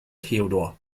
theodor